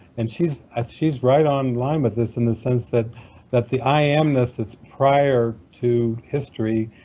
and she's ah she's right on line with this in the sense that that the i am-ness that's prior to history